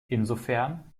insofern